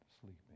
sleeping